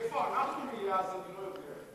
איפה אנחנו נהיה אז, אני לא יודע,